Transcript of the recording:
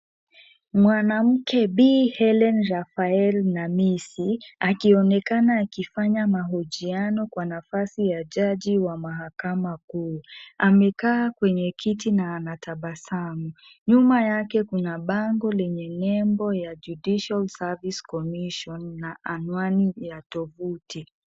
Mwanamke Bi. Hellen Raphael Hamisi, akionekana akifanya mahojiano kwa nafasi ya jaji wa mahakama kuu. Amekaa kwenye kiti anatabasamu. Nyuma yake kuna bango lenye ya Judicial Service Commission na anwani la tuvuti.